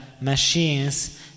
machines